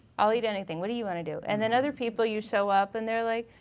i'll eat anything, what do you want to do? and then other people you show up and they're like,